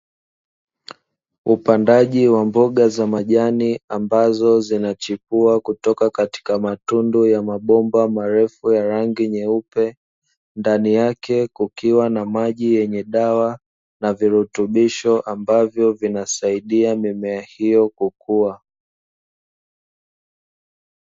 Upandaji wa mboga za majani ambazo zinachipua kutoka katika matundu ya mabomba marefu ya rangi nyeupe, ndani yake kukiwa na maji yenye dawa na virutubisho ambavyo vinasaidia mimea hio kukua.